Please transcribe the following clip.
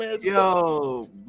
yo